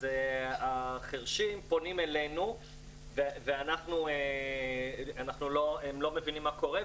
אז החירשים פונים אלינו והם לא מבינים מה קורה,